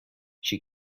she